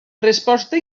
resposta